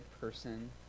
person